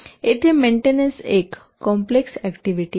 येथे मेंटेनन्स एक complex activity आहे